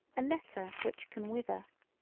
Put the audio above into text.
a letter which can wither,